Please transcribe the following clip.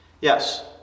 yes